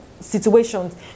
situations